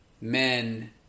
men